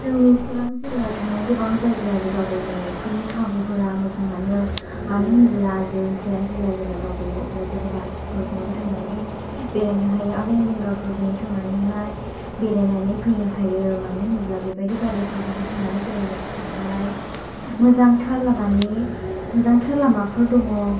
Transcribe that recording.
जोंनि चिरां जिल्लायाव थानाय गोबां जायगायारि दावबायनायफोरनि खाबुफोरा मोजाङानो मानो होनोब्ला जों चिरां जिल्ला जेब्ला दावबायो अब्ला जों बासफोरजोंनो थांनानै बेरायनो हायो आरो विंगारफोरजों थांनानैहाय बेरायनानै फैनो हायो मानो होनोब्ला बेबायदि गारिफोरजोंहाय थांनानै बेरायनो थाखायहाय मोजांथार लामानि मोजांथार लामाफोर दङ